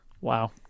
Wow